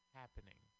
happening